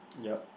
yup